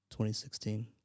2016